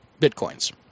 bitcoins